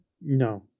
No